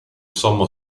sommo